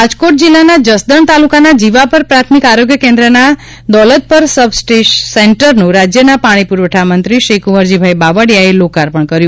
બાવળીયા રાજકોટ જિલ્લાના જસદણ તાલુકાના જીવાપર પ્રાથમિક આરોગ્ય કેન્દ્રના દોલતપર સબ સેન્ટરનું રાજ્યના પાણી પુરવઠા મંત્રીશ્રી કુંવરજીભાઇ બાવળિયાએ લોકાર્પણ કર્યું